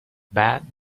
بعد